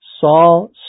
Saul